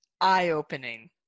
eye-opening